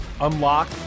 unlock